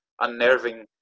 unnerving